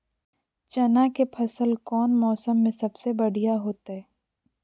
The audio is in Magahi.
चना के फसल कौन मौसम में सबसे बढ़िया होतय?